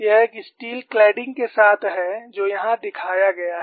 यह एक steel cladding के साथ है जो यहां दिखाया गया है